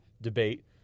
debate